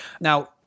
Now